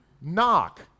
knock